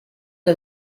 que